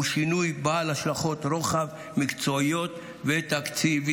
הוא שינוי בעל השלכות רוחב מקצועיות ותקציביות.